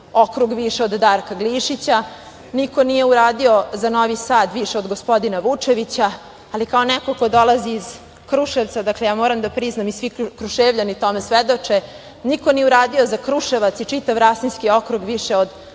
okrug više od Darka Glišića, niko nije uradio za Novi Sad više od gospodina Vučevića, ali kao neko ko dolazi iz Kruševca, ja moram da priznam, i svi Kruševljani tome svedoči, nije uradio za Kruševac i čitav Rasinski okrug više od